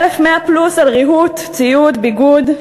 1,100 פלוס על ריהוט, ציוד, ביגוד.